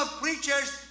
preachers